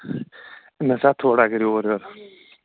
نسا تھوڑا کٔرِو اورٕ یور